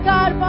God